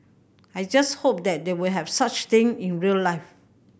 I just hope that they will have such thing in real life